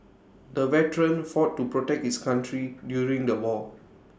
the veteran fought to protect his country during the war